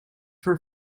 for